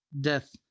death